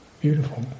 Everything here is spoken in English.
beautiful